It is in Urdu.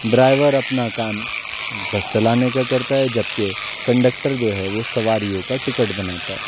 ڈرائیور اپنا کام بس چلانے کا کرتا ہے جبکہ کنڈکٹر جو ہے وہ سواریوں کا ٹکٹ بناتا ہے